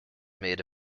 made